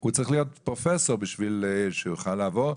הוא צריך להיות פרופ' בשביל שיוכל לעבור,